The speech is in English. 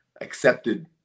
accepted